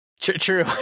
True